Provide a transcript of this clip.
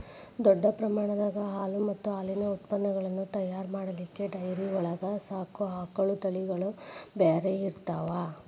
ದೊಡ್ಡ ಪ್ರಮಾಣದಾಗ ಹಾಲು ಮತ್ತ್ ಹಾಲಿನ ಉತ್ಪನಗಳನ್ನ ತಯಾರ್ ಮಾಡ್ಲಿಕ್ಕೆ ಡೈರಿ ಒಳಗ್ ಸಾಕೋ ಆಕಳ ತಳಿಗಳು ಬ್ಯಾರೆ ಇರ್ತಾವ